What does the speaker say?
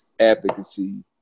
advocacy